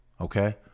Okay